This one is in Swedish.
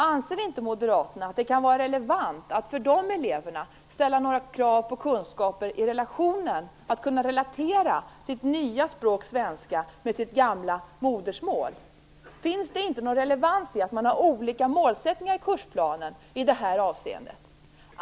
Anser inte Moderaterna att det kan vara relevant att på dessa elever ställa krav på kunskaperna i att kunna relatera sitt nya språk - svenska - med sitt gamla modersmål? Finns det inte någon relevans i att man har olika målsättningar i kursplanen i detta avseende?